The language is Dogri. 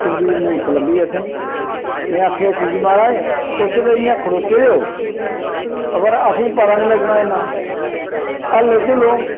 शिवजी दी मूर्त लब्भी असेंगी में आखेआ शिवजी महाराज तुस ते इ'यां खड़ोते दे ओ पर असेंगी पता नि लग्गना इन्ना हल्लो चुल्लो